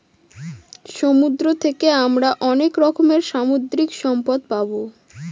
সমুদ্র থাকে আমরা অনেক রকমের সামুদ্রিক সম্পদ পাবো